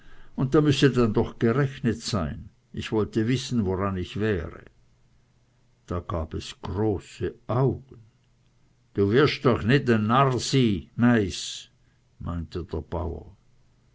und da müsse dann doch gerechnet sein ich wolle wissen woran ich wäre da gab es große augen du wirsch doch nit e narr sy meiß meinte der bauer